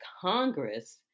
Congress